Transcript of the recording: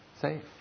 safe